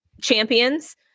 champions